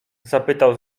zapytał